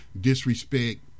disrespect